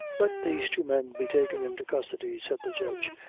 let these two men be taken into custody, said the judge,